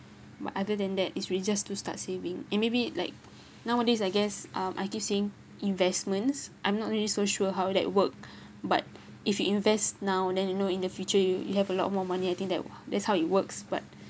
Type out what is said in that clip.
but other than that it's really just to start saving and maybe like nowadays I guess um I keep saying investments I'm not really so sure how that work but if you invest now then you know in the future you have a lot more money I think that that's how it works but